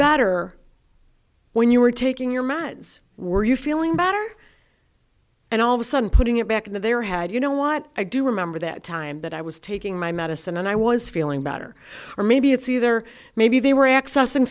better when you were taking your mads were you feeling better and all of a sudden putting it back into their head you know what i do remember that time that i was taking my medicine and i was feeling better or maybe it's either maybe they were accessing